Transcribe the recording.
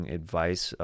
advice